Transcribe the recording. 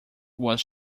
was